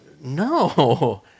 No